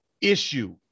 issue